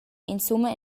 insumma